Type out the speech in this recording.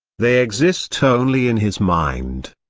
they exist only in his mind.